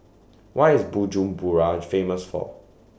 What IS Bujumbura Famous For